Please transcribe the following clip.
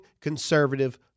conservative